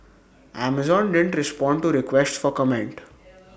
Amazon didn't respond to requests for comment